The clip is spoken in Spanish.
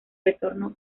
retorno